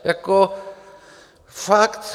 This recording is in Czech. Jako fakt.